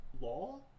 law